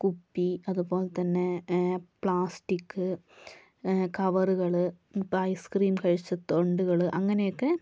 കുപ്പി അതുപോലെത്തന്നെ പ്ലാസ്റ്റിക് കവറുകൾ ഇപ്പോൾ ഐസ് ക്രീം കഴിച്ച തൊണ്ടുകൾ അങ്ങനെയൊക്കെ